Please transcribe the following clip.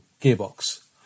gearbox